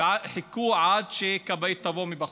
ואז חיכו עד שתבוא כבאית מבחוץ.